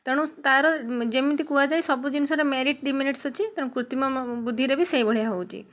ତେଣୁ ତା'ର ଯେମିତି କୁହାଯାଏ ସବୁ ଜିନଷରେ ମେରିଟ୍ ଡିମେରିଟସ୍ ଅଛି ତେଣୁ କୃତିମ ବୁଦ୍ଧିରେ ବି ସେଇ ଭଳିଆ ହେଉଛି